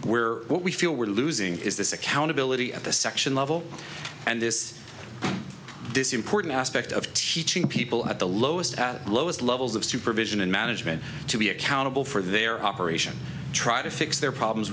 what we feel we're losing is this accountability at the section level and this this important aspect of teaching people at the lowest at lowest levels of supervision and management to be accountable for their operation try to fix their problems